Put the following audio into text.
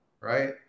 right